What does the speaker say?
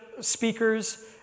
speakers